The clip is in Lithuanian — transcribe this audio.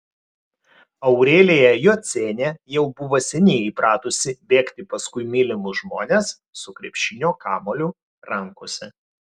aurelija jocienė jau buvo seniai įpratusi bėgti paskui mylimus žmones su krepšinio kamuoliu rankose